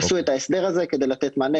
עשו את ההסדר הזה כדי לתת מענה,